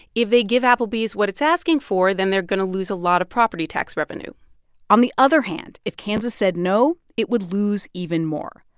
if they give applebee's what it's asking for, then they're going to lose a lot of property tax revenue on the other hand, if kansas said no, it would lose even more.